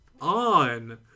on